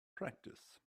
practice